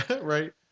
Right